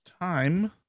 time